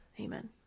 Amen